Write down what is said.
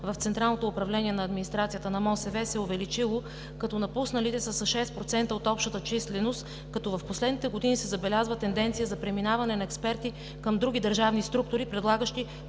в централното управление на администрацията на МОСВ се е увеличило, като напусналите са с 6% от общата численост, като в последните години се забелязва тенденция за преминаване на експерти към други държавни структури, предлагащи